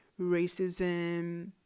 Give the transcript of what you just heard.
racism